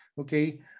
okay